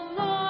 Lord